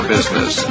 Business